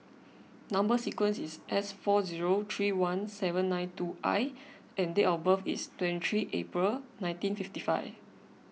Number Sequence is S four zero three one seven nine two I and date of birth is twenty three April nineteen fifty five